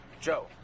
Joe